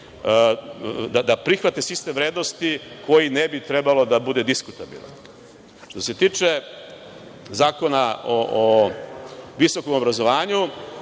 da prihvate sistem vrednosti, koji ne bi trebao da bude diskutabilan. Što se tiče Zakona o visokom obrazovanju,